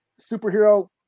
superhero